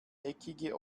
eckige